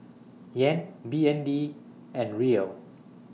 Yen B N D and Riel